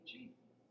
Jesus